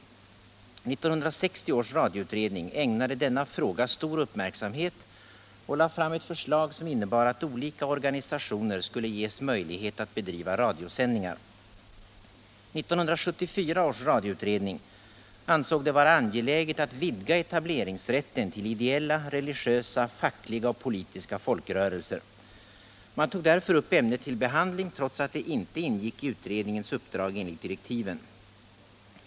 1960 års radioutredning ägnade denna fråga stor uppmärksamhet och lade fram ett förslag som innebar att olika organisationer skulle ges möjlighet att bedriva radiosändningar. 1974 års radioutredning ansåg det vara angeläget att vidga etableringsrätten till ideella, religiösa, fackliga och politiska folkrörelser. Man tog därför upp ämnet till behandling, trots att det inte ingick i utredningens uppdrag enligt direktiven.